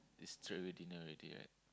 is straightaway dinner already right